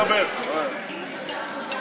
יש לי, יש לי זכות דיבור.